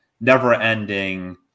never-ending